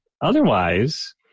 otherwise